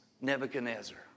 Nebuchadnezzar